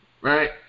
Right